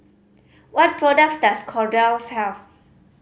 what products does Kordel's have